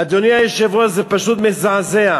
אדוני היושב-ראש, זה פשוט מזעזע.